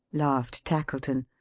laughed tackleton.